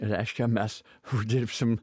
reiškia mes uždirbsim